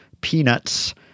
peanuts